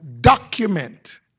document